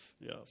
yes